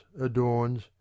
adorns